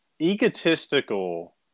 egotistical